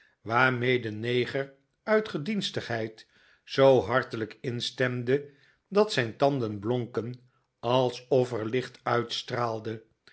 waarmee de neger uit gedienstigheid zoo hartelijk instemde dat zijn tanden blonken alsof er licht uitstraalde